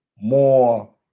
more